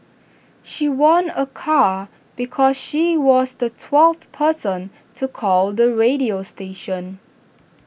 she won A car because she was the twelfth person to call the radio station